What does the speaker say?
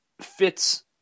fits